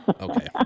Okay